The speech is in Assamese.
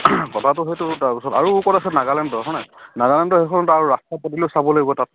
কথাটো সেইটো তাৰপিছত আৰু ক'ত আছে নাগালেণ্ডৰ হয় নাই নাগালেণ্ড সেইখন আৰু ৰাস্তা পদূলিও চাব লাগিব তাত